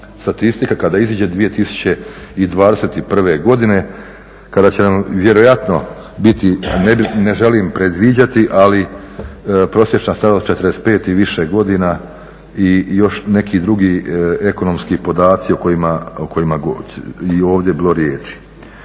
statistika kada iziđe 2021. godine kada će nam vjerojatno biti, ne želim predviđati ali prosječna starost 45 i više godina i još neki drugi ekonomski podaci o kojima je i ovdje bilo riječi.